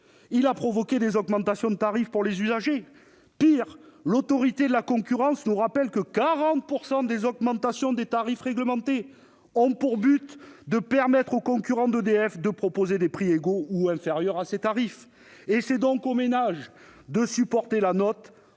Il a provoqué des augmentations de tarifs pour les usagers. Pire, l'Autorité de la concurrence nous rappelle que 40 % des augmentations des tarifs réglementés « ont pour but de permettre aux concurrents d'EDF de proposer des prix égaux ou inférieurs à ces tarifs ». C'est donc aux ménages de supporter la note